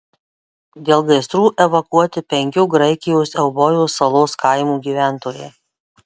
dėl gaisrų evakuoti penkių graikijos eubojos salos kaimų gyventojai